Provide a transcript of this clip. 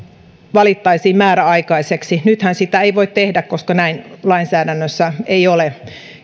valittaisiin määräaikaiseksi nythän sitä ei voi tehdä koska näin lainsäädännössä ei ole